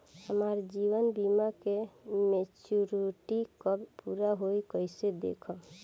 हमार जीवन बीमा के मेचीयोरिटी कब पूरा होई कईसे देखम्?